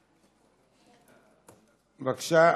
בבקשה.